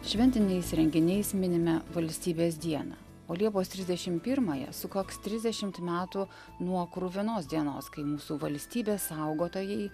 šventiniais renginiais minime valstybės dieną o liepos trisdešim pirmąją sukaks trisdešimt metų nuo kruvinos dienos kai mūsų valstybės saugotojai